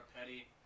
Petty